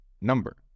number